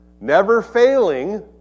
never-failing